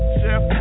Chef